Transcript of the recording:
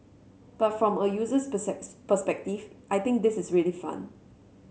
but from a user's perspective I think this is really fun